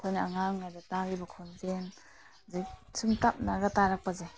ꯑꯩꯈꯣꯏꯅ ꯑꯉꯥꯡ ꯑꯣꯏꯔꯤꯉꯩꯗ ꯇꯥꯒꯤꯕ ꯈꯣꯟꯖꯦꯟ ꯍꯧꯖꯤꯛ ꯁꯨꯝ ꯇꯞꯅꯒ ꯇꯥꯔꯛꯄꯁꯦ